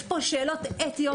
יש פה שאלות אתיות.